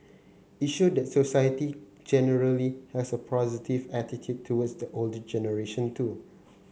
it showed that society generally has a positive attitude towards the older generation too